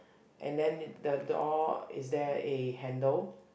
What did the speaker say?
and then the door is there a handle